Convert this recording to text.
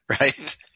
Right